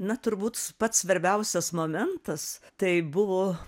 na turbūt pats svarbiausias momentas tai buvo